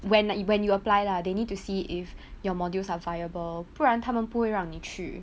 when you when you apply lah they need to see if your modules are viable 不然他们不会让你去